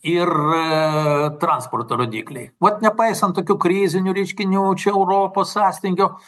ir transporto rodikliai vat nepaisant tokių krizinių reiškinių čia europos sąstingio